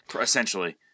essentially